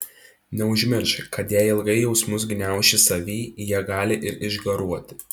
neužmiršk kad jei ilgai jausmus gniauši savy jie gali ir išgaruoti